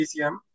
PCM